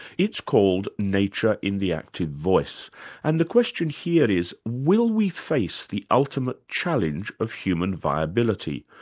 it's called nature in the active voice and the question here is, will we face the ultimate challenge of human viability,